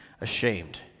ashamed